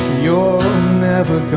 your never